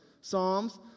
Psalms